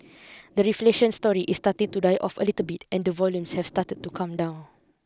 the reflation story is starting to die off a little bit and the volumes have started to come down